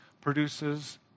produces